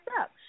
up